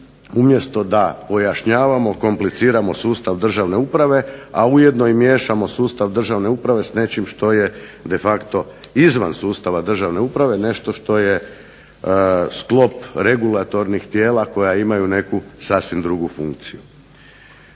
umjesto da pojašnjavamo kompliciramo sustav državne uprave, a ujedno i miješamo sustav državne uprave s nečim što je de facto izvan sustava državne uprave nešto što je sklop regulatornih tijela koja imaju neku sasvim drugu funkciju.